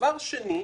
דבר שני,